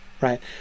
right